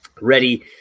ready